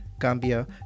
Gambia